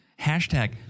Hashtag